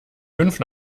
fünf